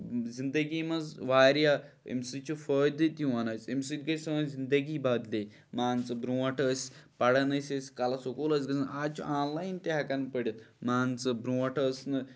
زنٛدگی منٛز واریاہ اَمہِ سۭتۍ چھُ فٲیدٕ تہِ یِوان اَسہِ اَمہِ سۭتۍ گژھِ گٔیٚے سٲنۍ زندگی بدلے مان ژٕ برۄنٹھ ٲسۍ پَران ٲسۍ أسۍ سکوٗل ٲسۍ گژھان آز چھُ آن لاین تہِ ہیٚکان پٔرِتھ مان ژٕ برۄنٹھ ٲسۍ نہٕ